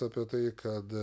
apie tai kad